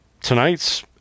tonight's